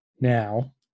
Now